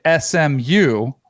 SMU